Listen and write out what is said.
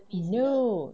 no